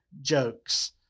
jokes